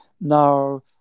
now